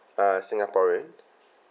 uh singaporean